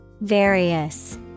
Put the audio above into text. Various